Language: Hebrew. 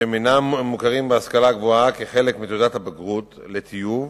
שאינם מוכרים בהשכלה הגבוהה כחלק מתעודת הבגרות לטיוב,